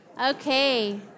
Okay